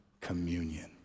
communion